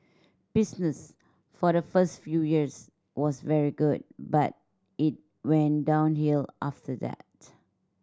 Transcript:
business for the first few years was very good but it went downhill after that